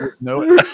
No